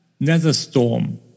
Netherstorm